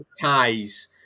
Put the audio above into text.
ties